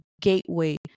gateway